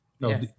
No